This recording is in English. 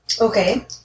Okay